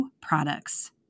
products